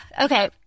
Okay